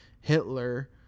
Hitler